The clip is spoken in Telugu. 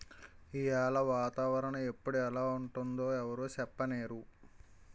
ఈయాల వాతావరణ ఎప్పుడు ఎలా ఉంటుందో ఎవరూ సెప్పనేరు